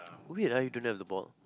weird ah you don't have the ball